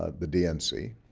ah the dnc.